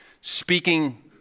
speaking